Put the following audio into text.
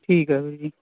ਠੀਕ ਹੈ ਵੀਰ ਜੀ